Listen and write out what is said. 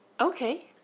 Okay